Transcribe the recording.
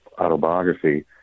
autobiography